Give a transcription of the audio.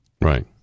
Right